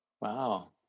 Wow